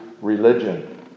Religion